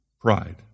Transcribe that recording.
pride